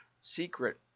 secret